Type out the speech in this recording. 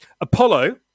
Apollo